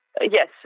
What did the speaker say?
yes